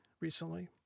recently